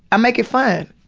i make it fun.